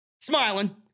smiling